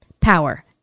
power